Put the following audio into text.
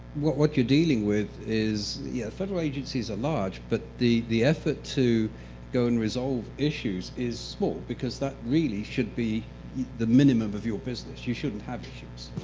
what what you're dealing with this, yeah, federal agencies are large, but the the effort to go and resolve issues is small, because that really should be the minimum of your business. you shouldn't have issues.